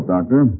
Doctor